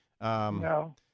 No